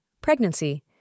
pregnancy